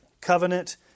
covenant